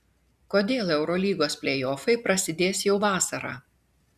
kodėl eurolygos pleiofai prasidės jau vasarą